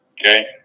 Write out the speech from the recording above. okay